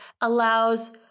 allows